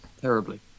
terribly